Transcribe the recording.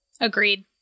Agreed